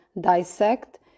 dissect